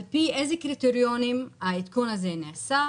על פי איזה קריטריונים העדכון הזה נעשה,